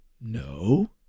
No